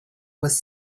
was